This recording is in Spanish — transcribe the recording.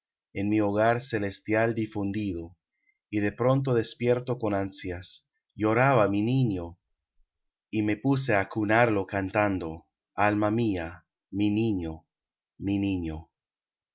en mi hogar celestial difundido y de pronto despierto con ansias lloraba mi niño y me puse á cunarle cantando alma mía mi niño mi niño